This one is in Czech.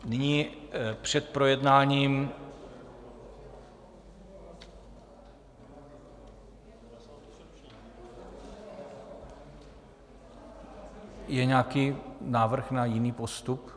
Nyní před projednáním je nějaký návrh na jiný postup?